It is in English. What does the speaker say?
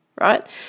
right